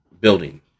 building